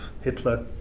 Hitler